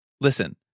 listen